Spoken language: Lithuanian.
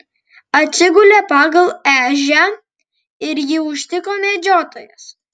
atsigulė pagal ežią ir jį užtiko medžiotojas